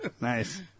Nice